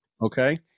Okay